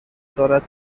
دارد